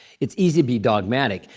it's easy to be dogmatic.